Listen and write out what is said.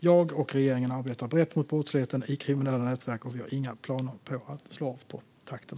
Jag och regeringen arbetar brett mot brottsligheten i kriminella nätverk, och vi har inga planer på att slå av på takten.